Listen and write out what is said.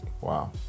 Wow